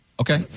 Okay